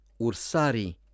Ursari